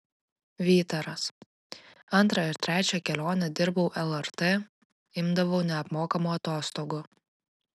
vytaras antrą ir trečią kelionę dirbau lrt imdavau neapmokamų atostogų